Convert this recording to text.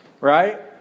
right